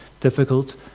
difficult